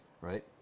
right